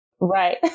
Right